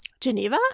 Geneva